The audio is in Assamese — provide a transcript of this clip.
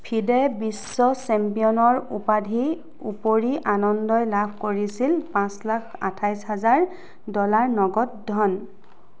ফিডে বিশ্ব চেম্পিয়নৰ উপাধিৰ উপৰি আনন্দই লাভ কৰিছিল পাঁচ লাখ আঠাইছ হাজাৰ ডলাৰ নগদ ধন